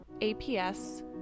APS